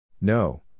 No